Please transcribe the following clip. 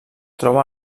troba